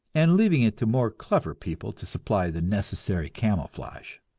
and leaving it to more clever people to supply the necessary camouflage.